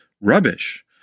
rubbish